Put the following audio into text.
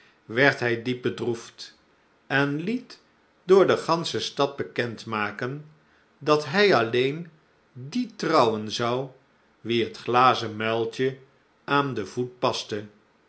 werd hij diep bedroefd en liet door de gansche stad bekend maken dat hij alleen die trouwen zou wie het glazen muiltje aan den voet paste